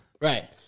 Right